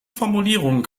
formulierung